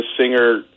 singer